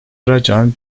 racan